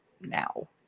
now